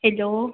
hello